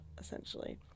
essentially